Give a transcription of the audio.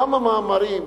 כמה מאמרים,